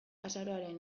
azaroaren